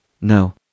No